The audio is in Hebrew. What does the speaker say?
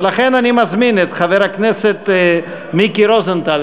ולכן אני מזמין את חבר הכנסת מיקי רוזנטל,